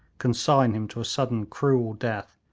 consign him to a sudden cruel death,